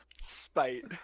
Spite